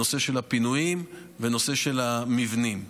נושא הפינויים ונושא המבנים.